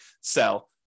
sell